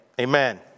amen